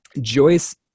Joyce